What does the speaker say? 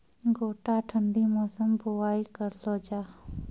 गोटा ठंडी मौसम बुवाई करऽ लो जा?